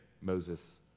Moses